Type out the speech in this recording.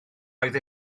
oedd